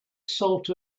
salt